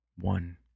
One